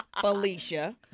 Felicia